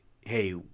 hey